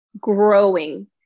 growing